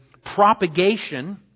propagation